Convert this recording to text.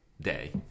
Day